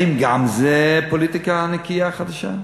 האם גם זה פוליטיקה נקייה, חדשה?